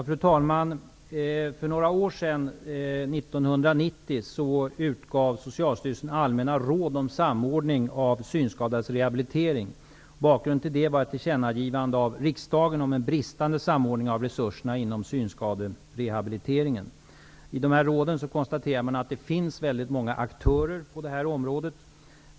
Fru talman! För några år sedan, 1990, utgav Socialstyrelsen allmänna råd om samordning av synskadades rehabilitering. Bakgrunden till det var ett tillkännagivande av riksdagen om en bristande samordning av resurserna inom synskaderehabiliteringen. I dessa råd konstaterar man att det finns väldigt många aktörer på detta område.